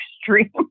extreme